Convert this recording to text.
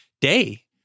day